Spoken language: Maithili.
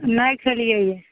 नहि खएलिए यऽ